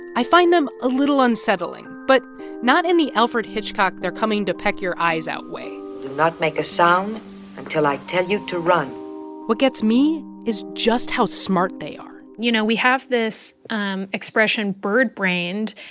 i find them a little unsettling, but not in the alfred hitchcock they're-coming-to-peck-your-eyes-out way do not make a sound until i tell you to run what gets me is just how smart they are you know, we have this um expression birdbrained.